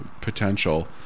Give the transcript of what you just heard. potential